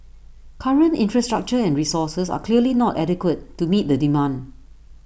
current infrastructure and resources are clearly not adequate to meet the demand